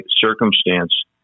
circumstance